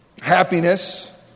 Happiness